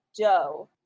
dough